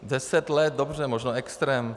Deset let, dobře, možná extrém.